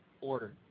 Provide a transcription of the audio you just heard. order